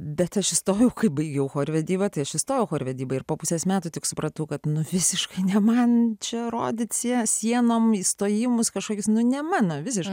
bet aš įstojau kai baigiau chorvedybą tai aš įstojau chorvedyba ir po pusės metų tik supratau kad visiškai ne man čia rodyt sienom įstojimus kažkoks nu ne mano vizija